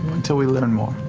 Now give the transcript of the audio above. until we learn more.